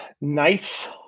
Nice